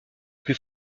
plus